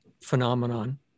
phenomenon